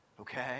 Okay